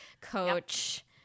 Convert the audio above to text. coach